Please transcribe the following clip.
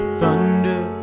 thunder